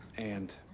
and,